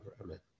Amen